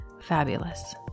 fabulous